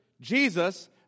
Jesus